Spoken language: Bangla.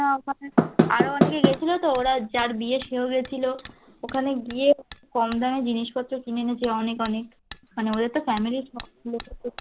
না ওখানে আরও অনেকে গিয়েছিলো তো ওরা যার বিয়ে সেও গিয়েছিলো ওখানে গিয়ে কম দামে জিনিসপত্র কিনে এনেছে অনেক অনেক মানে ওদের তো ফ্যামেলির